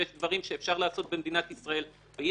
ויש דברים שאפשר לעשות במדינת ישראל ואי